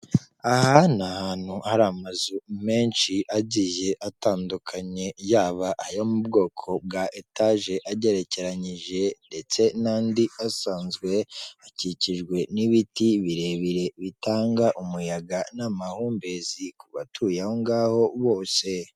Aha ni ahantu hari amazu menshi agiye atandukanye yaba ayo mu bwoko bwa etaje agerekeranyije ndetse n'andi asanzwe akikijwe n'ibiti birebire bitanga umuyaga n'amahumbezi ku batuye aho ngaho bose.